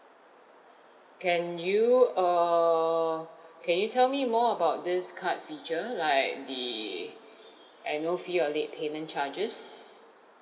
can you err can you tell me more about this card feature like the annual fee or late payment charges